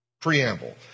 preamble